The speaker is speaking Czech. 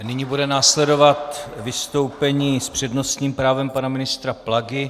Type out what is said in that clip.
Nyní bude následovat vystoupení s přednostním právem pana ministra Plagy.